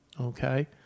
Okay